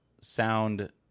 sound